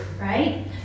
Right